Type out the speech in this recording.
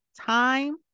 time